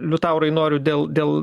liutaurai noriu dėl dėl